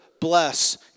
bless